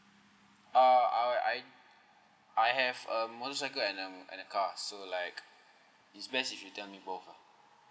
uh uh I I have a motorcycle and a and a car so like it's best if you tell me both lah